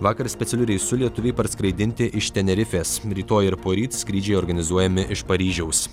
vakar specialiu reisu lietuviai parskraidinti iš tenerifės rytoj ir poryt skrydžiai organizuojami iš paryžiaus